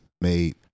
made